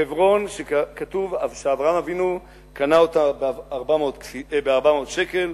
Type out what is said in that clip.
חברון, שכתוב שאברהם אבינו קנה אותה ב-400 שקל,